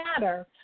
matter